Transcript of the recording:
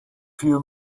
few